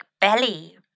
belly